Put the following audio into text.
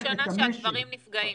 פעם ראשונה שהגברים נפגעים.